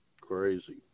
Crazy